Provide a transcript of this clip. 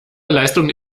leistungen